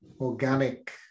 organic